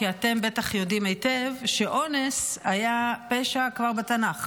כי אתם בטח יודעים היטב שאונס היה פשע כבר בתנ"ך.